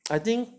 I think